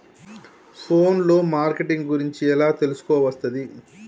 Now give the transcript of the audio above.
Phone లో marketing గురించి ఎలా తెలుసుకోవస్తది?